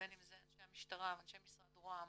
ובין אם אנשי המשטרה ואנשי משרד רוה"מ